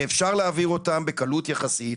שאפשר להעביר אותן בקלות יחסית,